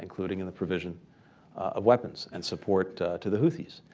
including in the provision of weapons and support to the houthis.